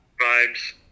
Vibes